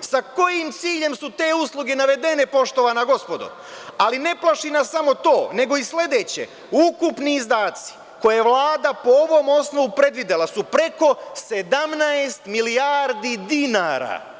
sa kojim ciljem su te usluge navedene poštovana gospodo, ali ne plaši nas samo to, nego i sledeće – ukupni izdaci koje Vlada po osnovu predvidela su preko 17 milijardi dinara.